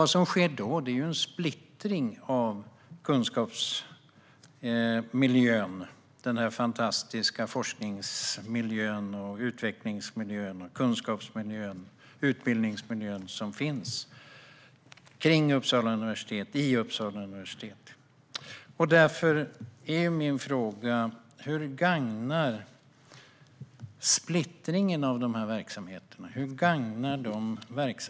Det blir då en splittring av kunskapsmiljön, alltså den fantastiska forsknings, utvecklings och utbildningsmiljön som finns runt om och i Uppsala universitet. Hur gagnar splittringen av verksamheterna kvinnorna?